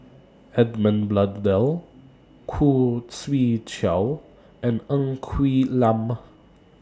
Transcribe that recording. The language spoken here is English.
Edmund Blundell Khoo Swee Chiow and Ng Quee Lam